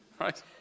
right